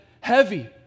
heavy